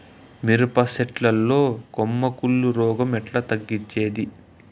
మిరప చెట్ల లో కొమ్మ కుళ్ళు రోగం ఎట్లా తగ్గించేది?